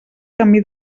camí